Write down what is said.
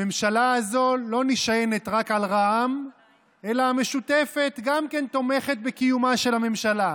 הממשלה הזו לא נשענת רק על רע"מ אלא גם המשותפת תומכת בקיומה של הממשלה.